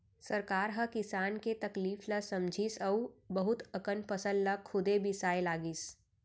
सरकार ह किसान के तकलीफ ल समझिस अउ बहुत अकन फसल ल खुदे बिसाए लगिस